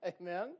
Amen